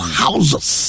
houses